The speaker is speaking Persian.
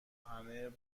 همه